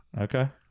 okay